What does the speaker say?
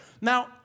Now